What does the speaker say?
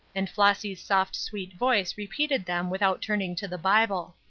and flossy's soft sweet voice repeated them without turning to the bible